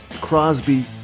Crosby